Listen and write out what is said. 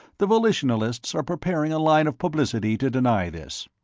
the volitionalists are preparing a line of publicity to deny this.